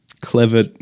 clever